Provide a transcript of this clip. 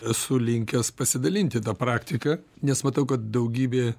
esu linkęs pasidalinti ta praktika nes matau kad daugybė